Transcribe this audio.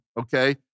okay